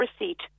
receipt